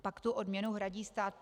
Pak tu odměnu hradí stát.